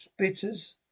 spitters